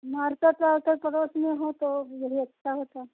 market वारकेट पड़ोस में हो तो वह भी अच्छा होता